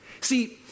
See